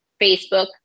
Facebook